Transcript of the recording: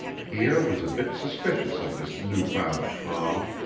pierre was a bit suspicious of this new-found calm.